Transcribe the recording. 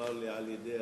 נאמר לי על-ידי